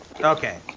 Okay